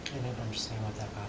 understand what that